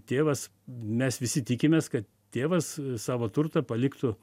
tėvas mes visi tikimės ka tėvas savo turtą paliktų